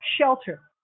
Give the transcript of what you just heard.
shelter